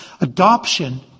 Adoption